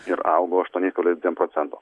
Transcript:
ir augo aštuoniais kablelis dviem procento